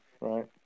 right